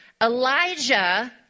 Elijah